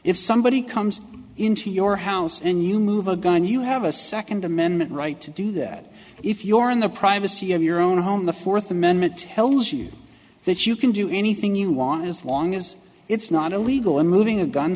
if somebody comes into your house and you move a gun you have a second amendment right to do that if your in the privacy of your own home the fourth amendment tells you that you can do anything you want as long as it's not illegal and moving a gun